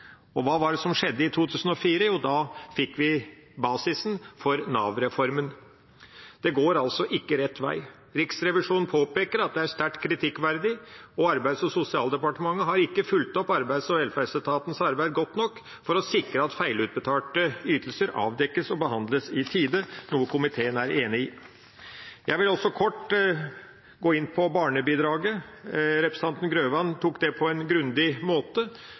som skjedde i 2004? Jo, da fikk vi basisen for Nav-reformen. Det går altså ikke rett vei. Riksrevisjonen påpeker at det er «sterkt kritikkverdig at Arbeids- og sosialdepartementet ikke har fulgt opp arbeids- og velferdsetatens arbeid godt nok til å sikre at feilutbetalte ytelser avdekkes og behandles i tide». Det er komiteen enig i. Jeg vil også kort gå inn på barnebidraget. Representanten Grøvan gjennomgikk det på en grundig måte.